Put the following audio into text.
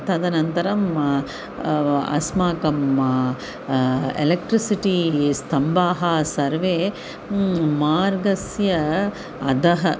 तदनन्तरम् अस्माकम् एलेक्ट्रिसिटी स्तम्भाः सर्वे मार्गस्य अधः